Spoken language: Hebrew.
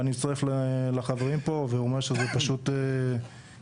ואני מצטרף לחברים פה ואומר שזה פשוט עוול.